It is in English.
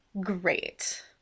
great